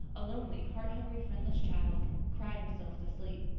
a lonely, heart-hungry, friendless child cried herself to sleep.